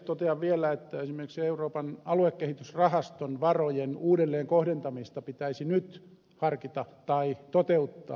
totean vielä että esimerkiksi euroopan aluekehitysrahaston varojen uudelleenkohdentamista pitäisi nyt harkita tai toteuttaa